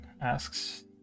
asks